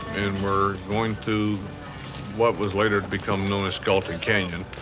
and were going to what was later become known as skeleton canyon.